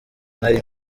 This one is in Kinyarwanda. nari